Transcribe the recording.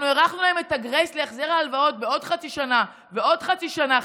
אנחנו הארכנו להם את הגרייס להחזר ההלוואות בעוד חצי שנה ועוד חצי שנה.